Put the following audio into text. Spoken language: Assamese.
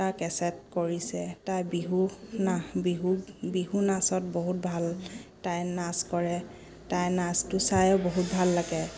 টা কেছেট কৰিছে তাইৰ বিহু না বিহু বিহু নাচত বহুত ভাল তাই নাচ কৰে তাইৰ নাচটো চায়ো বহুত ভাল লাগে